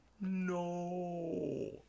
no